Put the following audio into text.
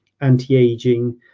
anti-aging